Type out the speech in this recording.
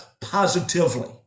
positively